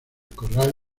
corral